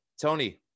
Tony